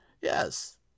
yes